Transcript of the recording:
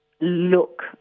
look